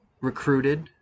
recruited